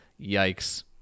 Yikes